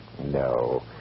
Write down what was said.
No